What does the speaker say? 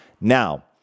Now